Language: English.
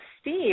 Steve